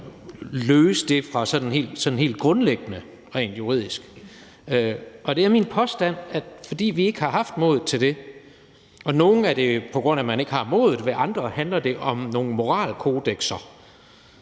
løse det sådan helt grundlæggende rent juridisk. Og det er min påstand, at fordi vi ikke har haft modet – hos nogle er det, på grund af at man ikke har modet, hos andre handler det om nogle moralkodekser,